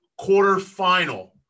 quarterfinal